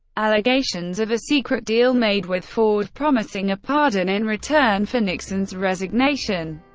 allegations of a secret deal made with ford, promising a pardon in return for nixon's resignation,